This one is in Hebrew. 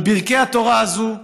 על ברכי התורה הזאת,